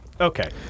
Okay